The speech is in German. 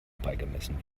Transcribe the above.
beigemessen